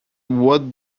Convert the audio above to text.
what